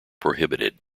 prohibited